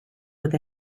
with